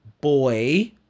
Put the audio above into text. boy